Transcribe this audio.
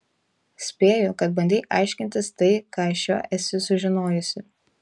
spėju kad bandei aiškintis tai ką iš jo esi sužinojusi